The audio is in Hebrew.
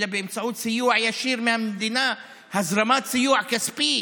אלא באמצעות סיוע ישיר מהמדינה, בהזרמת סיוע כספי